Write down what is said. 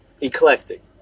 eclectic